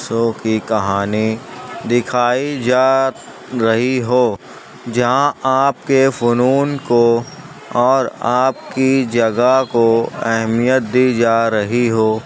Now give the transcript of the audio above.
شو کی کہانی دکھائی جا رہی ہو جہاں آپ کے فنون کو اور آپ کی جگہ کو اہمیت دی جا رہی ہو